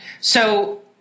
So-